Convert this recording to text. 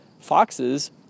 foxes